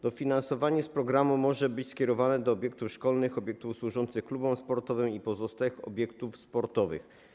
Dofinansowanie z programu może być skierowane do obiektów szkolnych, obiektów służących klubom sportowym i pozostałych obiektów sportowych.